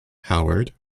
howard